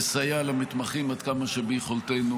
לסייע למתמחים עד כמה שביכולתנו.